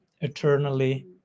eternally